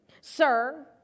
Sir